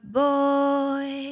boy